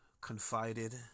confided